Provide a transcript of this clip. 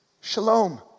shalom